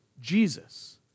Jesus